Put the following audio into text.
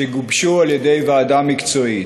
שגובשו על-ידי ועדה מקצועית.